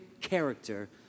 character